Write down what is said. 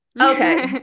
Okay